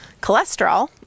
cholesterol